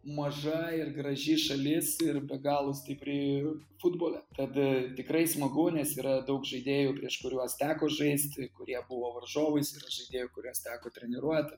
maža ir graži šalis ir be galo stipri futbole tad tikrai smagu nes yra daug žaidėjų prieš kuriuos teko žaisti kurie buvo varžovais žaidėjų kuriuos teko treniruot